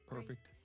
Perfect